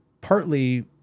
partly